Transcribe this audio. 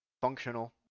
functional